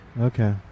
Okay